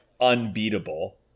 unbeatable